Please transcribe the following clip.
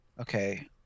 Okay